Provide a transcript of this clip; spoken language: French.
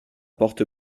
porte